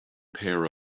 pair